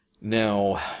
Now